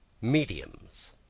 Mediums